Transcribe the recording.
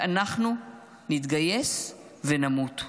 ואנחנו נתגייס ונמות.